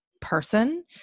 person